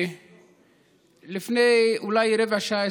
לפני רבע שעה,